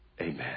Amen